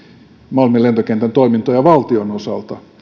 malmin lentokentän toimintoja valtion osalta